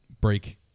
break